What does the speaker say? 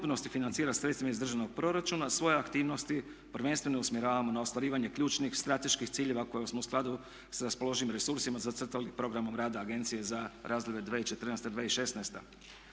financira sredstvima iz državnog proračuna svoje aktivnosti prvenstveno usmjeravamo na ostvarivanje ključnih, strateških ciljeva koje smo u skladu sa raspoloživim resursima zacrtali programom rada agencije za razdoblje 2014.-2016.